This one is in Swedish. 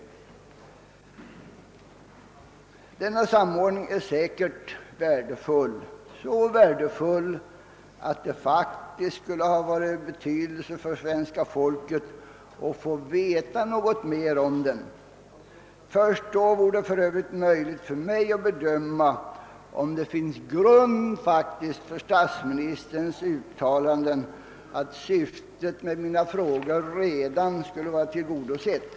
Denna samordning är säkerligen värdefull — så värdefull att det faktiskt skulle ha varit av betydelse för svenska folket att få veta något mer om den. Först då vore det för övrigt möjligt för mig att bedöma om det finns grund för statsministerns uttalande att syftet med mina frågor redan skulle vara tillgodosett.